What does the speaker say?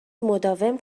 مداوم